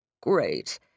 Great